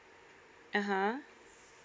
ah ha